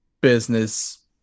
business